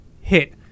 hit